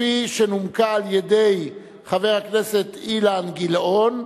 שנומקה על-ידי חבר הכנסת אילן גילאון,